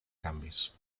canvis